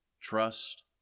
Trust